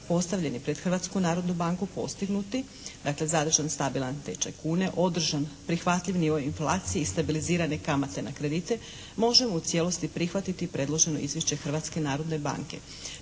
postavljeni pred Hrvatsku narodnu banku postignuti dakle završen stabilan tečaj kune, održan prihvatljiv nivo inflacije i stabilizirane kamate na kredite možemo u cijelosti prihvatiti predloženo izvješće Hrvatske narodne banke.